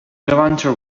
levanter